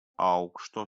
aukšto